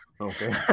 Okay